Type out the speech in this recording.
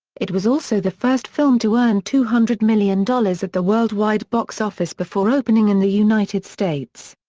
it was also the first film to earn two hundred million dollars at the worldwide box office before opening in the united states.